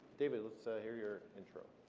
david, let's so hear your intro.